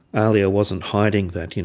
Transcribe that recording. ahlia wasn't hiding that, you know